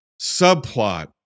subplot